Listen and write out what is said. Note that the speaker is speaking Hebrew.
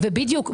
בדיוק.